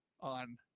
on